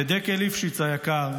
לדקל ליפשיץ היקר,